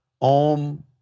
Om